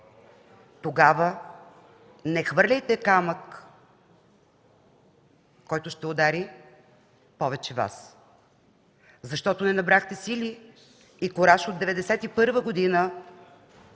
Тогава не хвърляйте камък, който ще удари повече Вас, защото не набрахте сили и кураж от 1991 година,